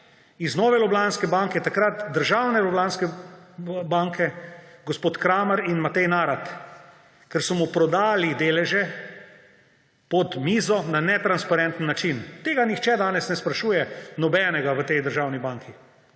iz Nove Ljubljanske banke, takrat državne banke, gospod Kramar in Matej Narat, ker so mu prodali deleže pod mizo na netransparenten način. Tega nihče danes ne sprašuje nikogar v tej državni banki.